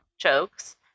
jokes